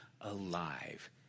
alive